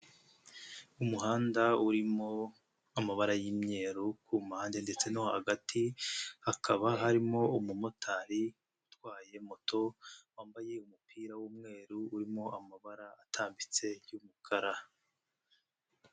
Umuhanda urimo amabara y'imyeru ku mpande ndetse no hagati, hakaba harimo umumotari utwaye moto wambaye umupira w'umweru urimo amabara atambitse y'umukara.